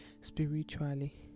spiritually